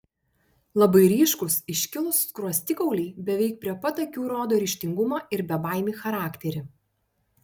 labai ryškūs iškilūs skruostikauliai beveik prie pat akių rodo ryžtingumą ir bebaimį charakterį